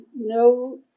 no